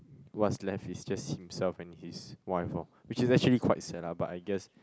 what's left is just himself and his wife lor which is actually quite sad lah but I guess